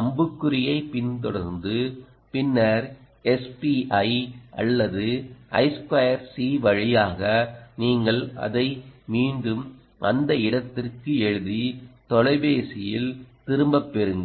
அம்புக்குறியைப் பின்தொடர்ந்து பின்னர் SPI அல்லது I2C வழியாக நீங்கள் அதை மீண்டும் இந்த இடத்திற்கு எழுதி தொலைபேசியில் திரும்பப் பெறுங்கள்